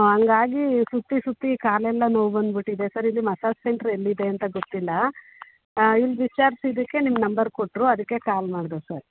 ಹಂಗಾಗಿ ಸುತ್ತಿ ಸುತ್ತಿ ಕಾಲೆಲ್ಲ ನೋವು ಬಂದುಬಿಟ್ಟಿದೆ ಸರ್ ಇಲ್ಲಿ ಮಸಾಜ್ ಸೆಂಟ್ರ್ ಎಲ್ಲಿದೆ ಅಂತ ಗೊತ್ತಿಲ್ಲ ಆ ಇಲ್ಲಿ ವಿಚಾರ್ಸಿದ್ದಕ್ಕೆ ನಿಮ್ಮ ನಂಬರ್ ಕೊಟ್ಟರು ಅದಕ್ಕೆ ಕಾಲ್ ಮಾಡಿದೆ ಸರ್